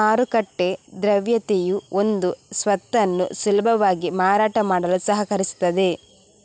ಮಾರುಕಟ್ಟೆ ದ್ರವ್ಯತೆಯು ಒಂದು ಸ್ವತ್ತನ್ನು ಸುಲಭವಾಗಿ ಮಾರಾಟ ಮಾಡಲು ಸಹಕರಿಸುತ್ತದೆ